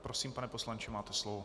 Prosím, pane poslanče, máte slovo.